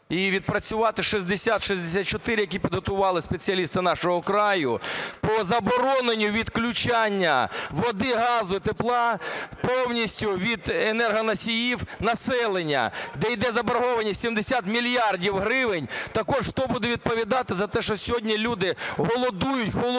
і відпрацювати 6064, які підготували спеціалісти "Нашого краю" по забороненню відключення води, газу і тепла, повністю від енергоносіїв населення, де йде заборгованість, 70 мільярдів гривень. Також хто буде відповідати за те, що сьогодні люди голодують, холодують,